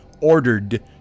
ordered